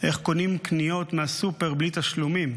איך קונים קניות מהסופר בלי תשלומים?